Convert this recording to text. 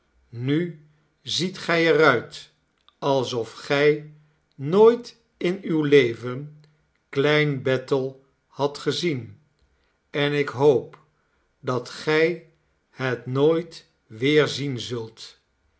nu ziet gij er uit alsof gij nooit in uw leven klein bethel hadt gezien en ik hoop dat gij het nooit weer zien zult